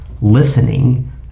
listening